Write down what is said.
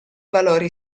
valori